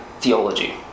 theology